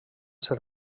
ser